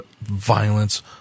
violence